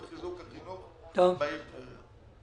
חיזוק החינוך בעיר טבריה.